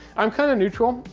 i'm kind of neutral.